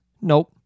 Nope